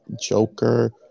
Joker